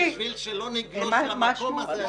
אני הערתי את ההערה כדי שלא נגלוש למקום הזה.